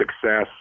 success